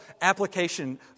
application